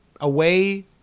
away